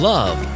Love